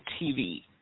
TV